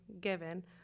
given